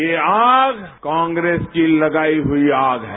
ये आग कांग्रेस की लगाई हई आग है